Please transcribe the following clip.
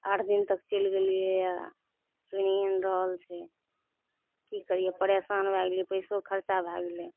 आठ दिन तक चलि गेलियै सुनिए नहि रहल छै की करियै परेशान भए गेलियै पैसो खर्चा भए गेलै